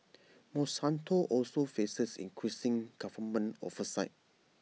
monsanto also faces increasing government oversight